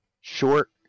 Short